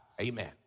Amen